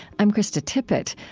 i'm krista tippett.